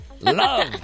Love